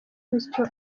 bityo